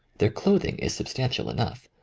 their clothing is substantial enough.